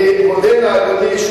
אני מודה לאדוני,